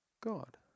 God